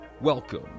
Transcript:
Welcome